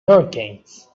hurricanes